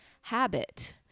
habit